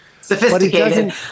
sophisticated